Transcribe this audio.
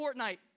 Fortnite